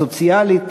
הסוציאלית,